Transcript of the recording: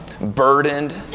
burdened